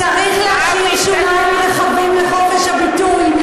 צריך להשאיר שוליים רחבים לחופש הביטוי.